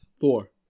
Four